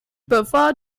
bevor